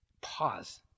pause